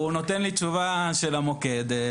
הוא נותן לי תשובה של המוקד.